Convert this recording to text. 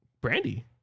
Brandy